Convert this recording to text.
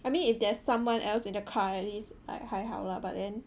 I mean if there's someone else in the car then at least like 还好 lah but then